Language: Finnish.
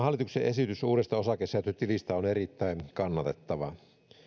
hallituksen esitys uudesta osakesäästötilistä on erittäin kannatettava